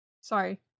Sorry